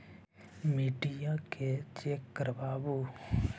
मिट्टीया के चेक करबाबहू?